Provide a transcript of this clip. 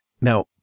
Now